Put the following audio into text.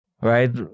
right